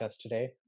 today